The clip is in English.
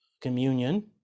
communion